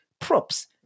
props